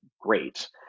great